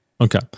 Okay